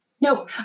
no